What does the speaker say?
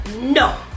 no